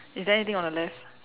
is there anything on the left